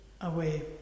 away